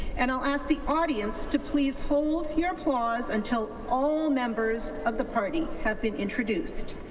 and i'll ask the audience to please hold your applause until all members of the party have been introduced.